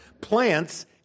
Plants